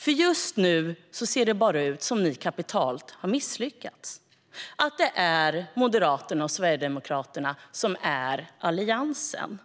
För just nu ser det bara ut som att ni kapitalt har misslyckats och att det är Moderaterna och Sverigedemokraterna som är Alliansen.